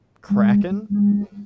kraken